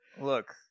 Look